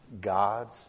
God's